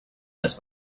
this